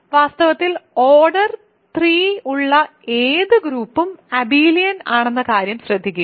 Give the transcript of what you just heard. വാസ്തവത്തിൽ ഓർഡർ 3 ഉള്ള ഏത് ഗ്രൂപ്പും അബെലിയൻ ആണെന്ന കാര്യം ശ്രദ്ധിക്കുക